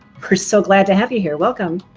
we're so glad to have you here. welcome.